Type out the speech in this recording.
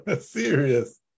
Serious